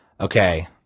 Okay